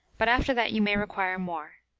but after that you may require more.